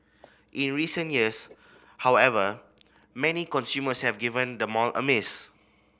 in recent years however many consumers have given the mall a miss